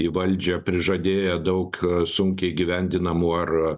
į valdžią prižadėję daug sunkiai įgyvendinamų ar